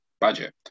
budget